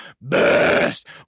best